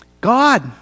God